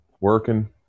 Working